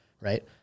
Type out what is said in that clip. Right